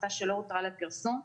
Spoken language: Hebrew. החלטה שלא הותרה לפרסום: